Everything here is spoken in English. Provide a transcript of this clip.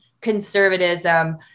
conservatism